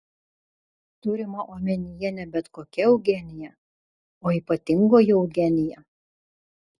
turima omenyje ne bet kokia eugenija o ypatingoji eugenija